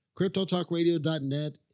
CryptoTalkradio.net